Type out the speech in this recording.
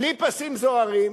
בלי פסים זוהרים.